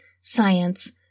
science